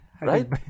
Right